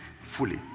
fully